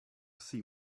see